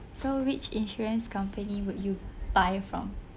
so which insurance company would you buy from